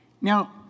Now